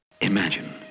Imagine